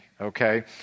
Okay